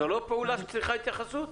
זו לא פעולה שצריכה התייחסות?